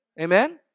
Amen